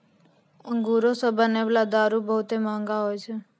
अंगूरो से बनै बाला दारू बहुते मंहगा होय छै